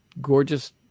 gorgeous